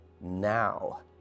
now